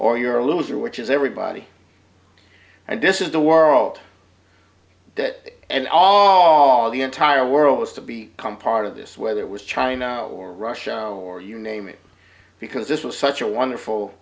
or you're a loser which is everybody and this is the world that and all the entire world has to be come part of this whether it was china or russia or you name it because this was such a wonderful